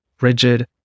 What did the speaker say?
rigid